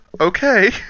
okay